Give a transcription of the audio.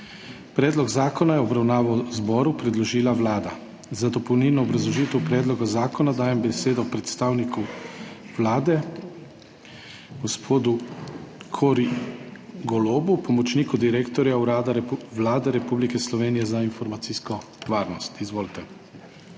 Predlog zakona je v obravnavo zboru predložila Vlada. Za dopolnilno obrazložitev predloga zakona dajem besedo predstavniku Vlade, gospodu Koryju Golobu, pomočniku direktorja Urada Vlade Republike Slovenije za informacijsko varnost. Izvolite.